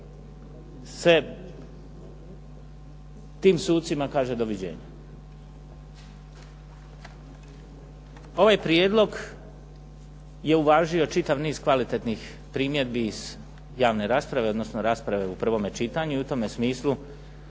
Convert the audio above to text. tim sucima kaže doviđenja. Ovaj Prijedlog je uvažio čitav niz kvalitetnih primjedbi iz rasprave iz rasprave u prvom čitanju i u tom smislu